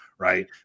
Right